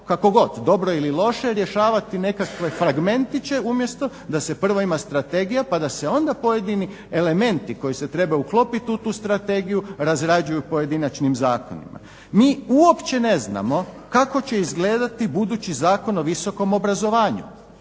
kako god dobro ili loše rješavati nekakve fragmentiće umjesto da se prvo ima strategija pa da se onda pojedini elementi koji se trebaju uklopiti u tu strategiju razrađuju pojedinačnim zakonima. Mi uopće ne znamo kako će izgledati budući Zakon o visokom obrazovanju.